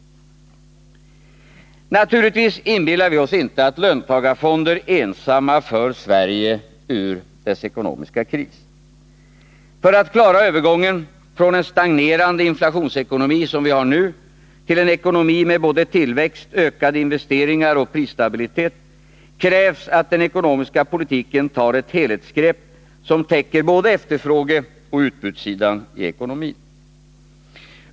Naturligtvis inbillar vi oss inte att löntagarfonder ensamma för Sverige ur dess ekonomiska kris. För att klara övergången från den stagnerande inflationsekonomi som vi har nu till en ekonomi med både tillväxt, ökade investeringar och prisstabilitet krävs att den ekonomiska politiken tar ett helhetsgrepp som täcker både efterfrågeoch utbudssidan i ekonomin.